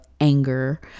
anger